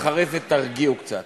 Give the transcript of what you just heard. אחרי זה תרגיעו קצת.